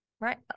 right